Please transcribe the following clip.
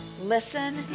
listen